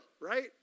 right